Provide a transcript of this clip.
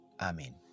Amen